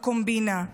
הקומבינה,